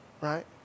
Right